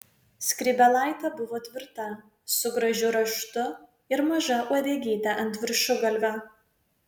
skrybėlaitė buvo tvirta su gražiu raštu ir maža uodegyte ant viršugalvio